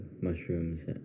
mushrooms